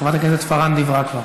חברת הכנסת פארן דיברה כבר.